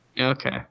Okay